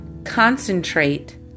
Concentrate